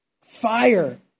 fire